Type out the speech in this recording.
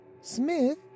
Smith